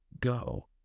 go